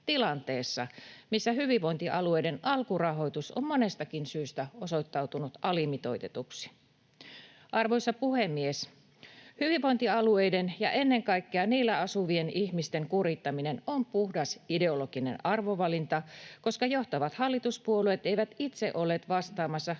missä hyvinvointialueiden alkurahoitus on monestakin syystä osoittautunut alimitoitetuksi. Arvoisa puhemies! Hyvinvointialueiden ja ennen kaikkea niillä asuvien ihmisten kurittaminen on puhdas ideologinen arvovalinta, koska johtavat hallituspuolueet eivät itse olleet vastaamassa